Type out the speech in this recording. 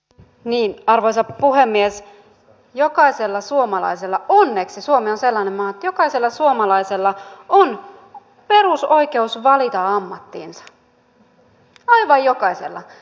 niin arvoisa puhemies jokaisella suomalaisella onneksi suomi on sellainen maa on perusoikeus valita ammattinsa aivan jokaisella